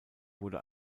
wurde